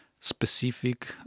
specific